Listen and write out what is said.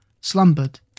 slumbered